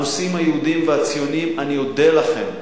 הנושאים היהודיים והציוניים, אני אודה לכם,